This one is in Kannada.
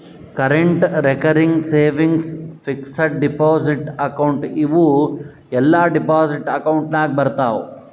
current, recurring, savings, fixed deposit account ಇವೂ ಎಲ್ಲಾ ಡೆಪೋಸಿಟ್ ಅಕೌಂಟ್ ನಾಗ್ ಬರ್ತಾವ್